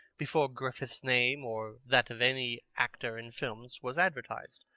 before griffith's name or that of any actor in films was advertised.